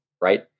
right